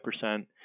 percent